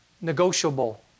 negotiable